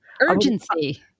Urgency